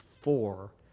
four